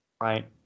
Right